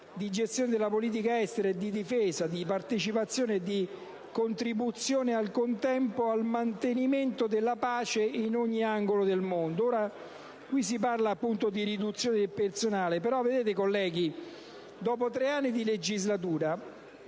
di gestione della politica estera e di difesa, di partecipazione e di contribuzione al contempo al mantenimento della pace in ogni angolo del mondo. Qui si parla di riduzione del personale, però, dopo tre anni di legislatura,